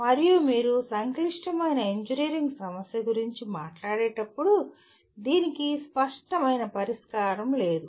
మరియు మీరు సంక్లిష్టమైన ఇంజనీరింగ్ సమస్య గురించి మాట్లాడేటప్పుడు దీనికి స్పష్టమైన పరిష్కారం లేదు